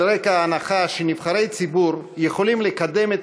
על רקע ההנחה כי נבחרי הציבור יכולים לקדם את